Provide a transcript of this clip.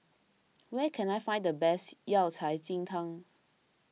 where can I find the best Yao Cai Ji Tang